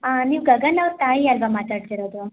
ಆಂ ನೀವು ಗಗನ್ ಅವ್ರ ತಾಯಿ ಅಲ್ಲವಾ ಮಾತಾಡ್ತಿರೋದು